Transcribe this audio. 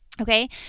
Okay